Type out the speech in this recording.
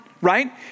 right